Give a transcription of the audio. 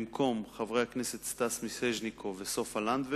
במקום חברי הכנסת סטס מיסז'ניקוב וסופה לנדבר